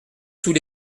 sous